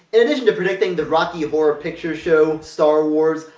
in addition to predicting the rocky horror picture show, star wars,